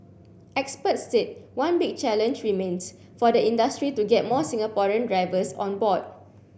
experts said one big challenge remains for the industry to get more Singaporean drivers on board